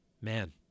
man